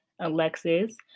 Alexis